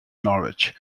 norwich